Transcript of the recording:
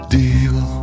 deal